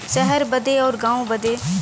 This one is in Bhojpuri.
सहर बदे अउर गाँव बदे